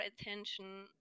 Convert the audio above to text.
attention